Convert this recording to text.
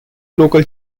local